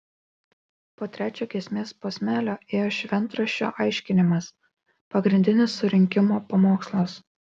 po trečio giesmės posmelio ėjo šventraščio aiškinimas pagrindinis surinkimo pamokslas